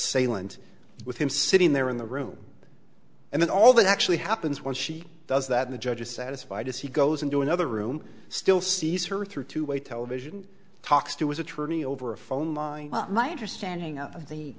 assailant with him sitting there in the room and then all that actually happens when she does that the judge is satisfied as he goes into another room still sees her through to a television talks to his attorney over a phone line but my understanding of the